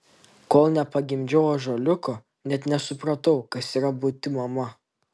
kol nepagimdžiau ąžuoliuko net nesupratau kas yra būti mama